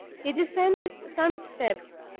he descended some steps,